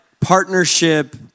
partnership